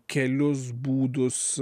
kelius būdus